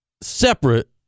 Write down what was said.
separate